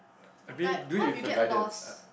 I mean do it with a guidance uh